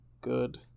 good